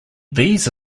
these